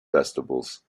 festivals